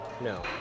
No